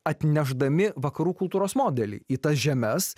atnešdami vakarų kultūros modelį į tas žemes